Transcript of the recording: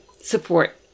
support